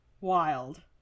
wild